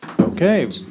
Okay